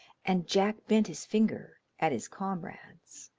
and jack bent his finger at his comrades.